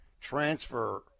transfer